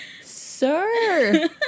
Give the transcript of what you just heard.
Sir